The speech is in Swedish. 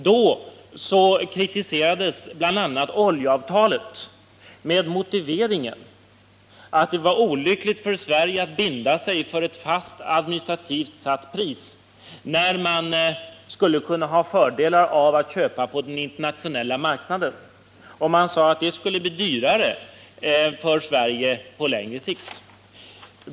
Då kritiserades bl.a. oljeavtalet med motiveringen att det var olyckligt för Sverige att binda sig för ett fast, administrativt satt pris när man skulle kunna ha fördelar av att köpa på den internationella marknaden. Man sade att det skulle bli dyrare för Sverige på längre sikt.